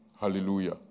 Hallelujah